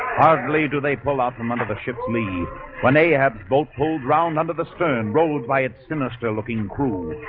hardly do they pull out from under the ships me when they have both pulled round under the stern rolled by its sinister looking crew